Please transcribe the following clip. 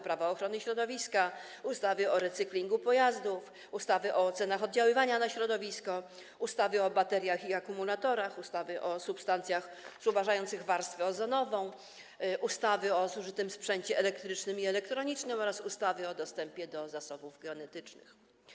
Prawo ochrony środowiska, ustawy o recyklingu pojazdów, ustawy o ocenach oddziaływania na środowisko, ustawy o bateriach i akumulatorach, ustawy o substancjach zubożających warstwę ozonową, ustawy o zużytym sprzęcie elektrycznym i elektronicznym oraz ustawy o dostępie do zasobów genetycznych.